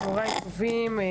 צהרים טובים לכולם,